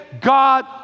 God